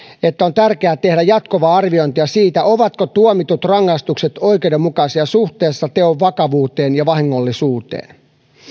on tärkeää tehdä jatkuvaa arviointia siitä ovatko tuomitut rangaistukset oikeudenmukaisia suhteessa teon vakavuuteen ja vahingollisuuteen